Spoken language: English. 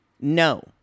No